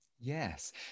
Yes